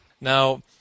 Now